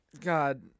God